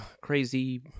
crazy